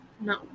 no